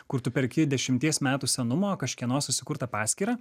kur tu perki dešimties metų senumo kažkieno susikurtą paskyrą